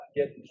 get